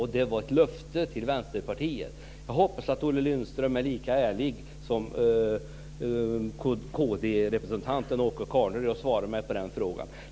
Det var ett löfte till Vänsterpartiet. Jag hoppas att Olle Lindström är lika ärlig som kd-representanten Åke Carnerö och svarar på den frågan.